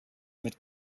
mit